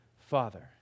Father